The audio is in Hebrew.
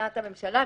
שמבחינת הממשלה,